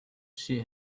she